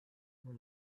moi